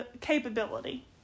capability